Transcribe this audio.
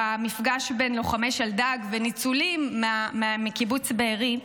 במפגש בין לוחמי שלדג לניצולים מקיבוץ בארי,